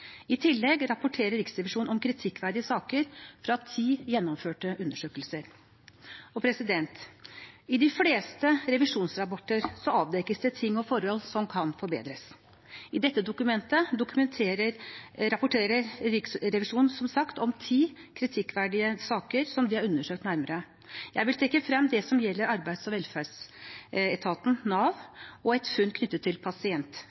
I tillegg rapporterer Riksrevisjonen om kritikkverdige saker fra ti gjennomførte undersøkelser. I de fleste revisjonsrapporter avdekkes det ting og forhold som kan forbedres. I dette dokumentet rapporterer Riksrevisjonen som sagt om ti kritikkverdige saker som de har undersøkt nærmere. Jeg vil trekke frem det som gjelder Arbeids- og velferdsetaten, Nav, og et funn knyttet til